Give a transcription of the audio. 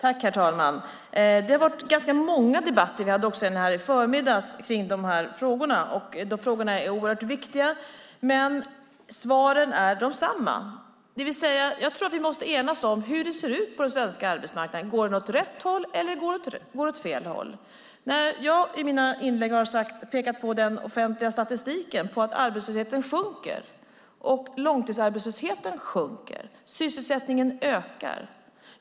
Herr talman! Det har varit ganska många debatter - vi hade också en i förmiddags - om de här frågorna. Frågorna är oerhört viktiga, men svaren är desamma. Jag tror att vi måste enas om hur det ser ut på den svenska arbetsmarknaden. Går det åt rätt håll eller går det åt fel håll? Jag har i mina inlägg pekat på den offentliga statistiken, på att arbetslösheten sjunker, långtidsarbetslösheten sjunker och sysselsättningen ökar.